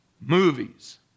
Movies